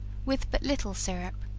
with but little syrup,